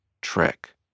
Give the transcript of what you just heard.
trick